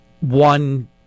one